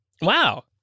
Wow